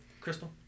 Crystal